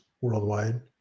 worldwide